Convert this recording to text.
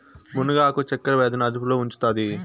మునగ ఆకు చక్కర వ్యాధి ని అదుపులో ఉంచుతాది